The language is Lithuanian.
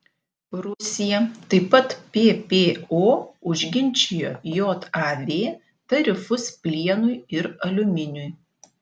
rusija taip pat ppo užginčijo jav tarifus plienui ir aliuminiui